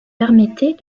permettait